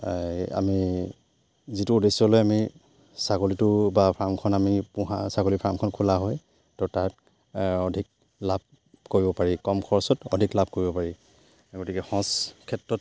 আমি যিটো উদ্দেশ্যলৈ আমি ছাগলীটো বা ফাৰ্মখন আমি পোহা ছাগলী ফাৰ্মখন খোলা হয় তো তাত অধিক লাভ কৰিব পাৰি কম খৰচত অধিক লাভ কৰিব পাৰি গতিকে সঁচ ক্ষেত্ৰত